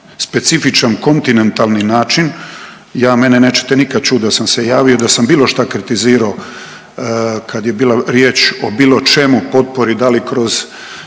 specifičan kontinentalni način. Mene nećete nikad čuti da sam se javio, da sam bilo šta kritizirao kad je bila riječ o bilo čemu potpori da li kroz